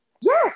Yes